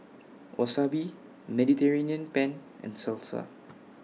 Wasabi Mediterranean Penne and Salsa